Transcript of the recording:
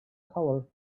color